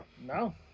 No